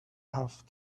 have